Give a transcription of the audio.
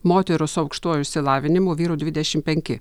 moterų su aukštuoju išsilavinimu vyrų dvidešim penki